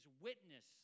witness